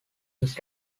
his